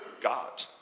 God